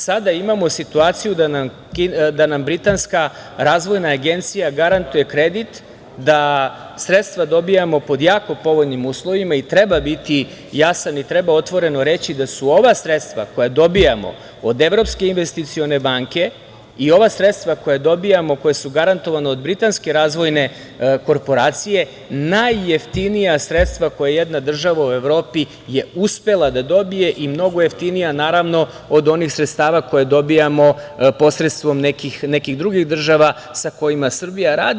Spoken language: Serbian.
Sada imamo situaciju da nam britanska Razvojna agencija garantuje kredit, da sredstva dobijamo pod jako povoljnim uslovima i treba biti jasan i treba otvoreno reći da su ova sredstva koja dobijamo od Evropske investicione banke i ova sredstva koja dobijamo i koja su garantovana od britanske Razvojne korporacije najjeftinija sredstva koja jedna država u Evropi je uspela da dobije i mnogo jeftina od onih sredstava koja dobijamo posredstvom nekih drugih država sa kojima Srbija radi.